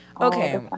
Okay